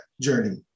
journey